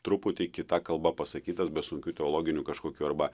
truputį kita kalba pasakytas be sunkių teologinių kažkokių arba